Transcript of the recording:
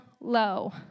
low